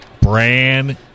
brand